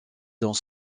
dans